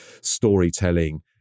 storytelling